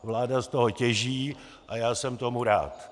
Vláda z toho těží a já jsem tomu rád.